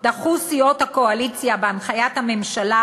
דחו סיעות הקואליציה בהנחיית הממשלה